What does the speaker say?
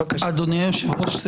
אדוני היושב-ראש,